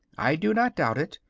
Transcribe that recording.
i do not doubt it,